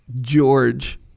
George